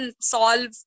solve